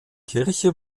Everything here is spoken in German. kirche